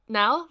now